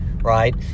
right